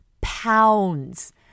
pounds